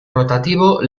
rotativo